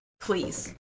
please